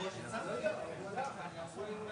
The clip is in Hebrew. אני מחדש את הישיבה.